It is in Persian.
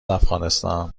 افغانستان